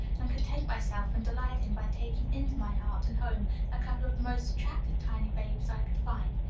and content myself and delight him by taking into my heart and home a couple of the most attractive tiny babies i could find.